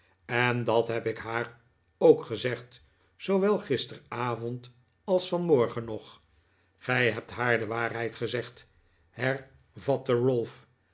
en dat heb ik haar ook gezegd zoowel gisteravond als vanmorgen nog gij hebt haar de waarheid gezegd hervatte ralph